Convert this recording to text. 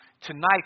Tonight